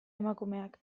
emakumeak